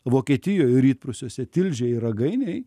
vokietijoj rytprūsiuose tilžėj ir ragainėj